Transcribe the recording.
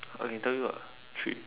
I can tell you ah three